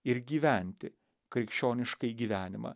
ir gyventi krikščioniškąjį gyvenimą